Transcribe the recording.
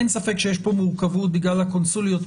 אין ספק שיש פה מורכבות בגלל הקונסוליות,